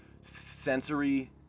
Sensory